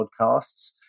podcasts